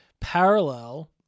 parallel